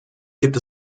gibt